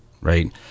Right